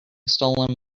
stolen